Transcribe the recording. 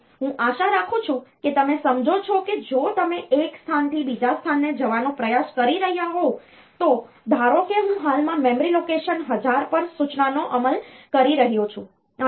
તેથી હું આશા રાખું છું કે તમે સમજો છો કે જો તમે એક સ્થાનથી બીજા સ્થાને જવાનો પ્રયાસ કરી રહ્યાં હોવ તો ધારો કે હું હાલમાં મેમરી લોકેશન હજાર પર સૂચનાનો અમલ કરી રહ્યો છું